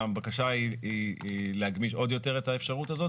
הבקשה היא להגמיש עוד יותר את האפשרות הזאת